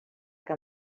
que